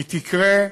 היא תקרה,